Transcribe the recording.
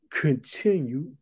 continue